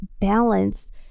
balance